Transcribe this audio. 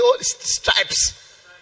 stripes